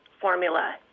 formula